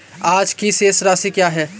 आज की शेष राशि क्या है?